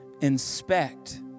inspect